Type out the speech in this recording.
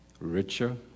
richer